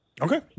okay